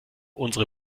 unsere